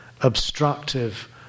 obstructive